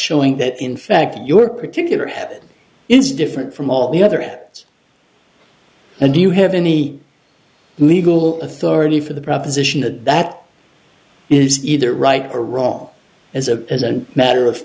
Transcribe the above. showing that in fact your particular have is different from all the other hat and do you have any legal authority for the proposition that that is either right or wrong as a matter of